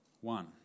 One